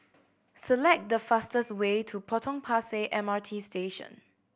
select the fastest way to Potong Pasir M R T Station